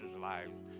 lives